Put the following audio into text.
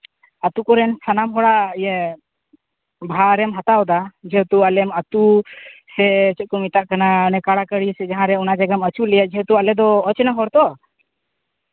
ᱟᱹᱛᱩ ᱠᱚᱨᱮᱱ ᱥᱟᱱᱟᱢ ᱦᱚᱲᱟᱜ ᱤᱭᱟᱹ ᱵᱷᱟᱨᱮᱢ ᱦᱟᱛᱟᱣᱫᱟ ᱡᱮᱦᱮᱛᱩ ᱟᱞᱮ ᱟᱹᱛᱩ ᱥᱮ ᱪᱮᱫ ᱠᱚ ᱢᱮᱛᱟᱜ ᱠᱟᱱᱟ ᱠᱟᱲᱟᱠᱟᱹᱲᱤ ᱥᱮ ᱡᱟᱦᱟᱸ ᱨᱮ ᱚᱱᱟ ᱡᱟᱭᱜᱟᱢ ᱟᱹᱪᱩᱨ ᱞᱮᱭᱟ ᱟᱞᱮ ᱫᱚ ᱡᱮᱦᱮᱛᱩ ᱚᱪᱮᱱᱟ ᱦᱚᱲ ᱛᱚ